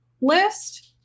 list